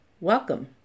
Welcome